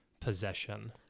possession